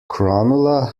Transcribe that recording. cronulla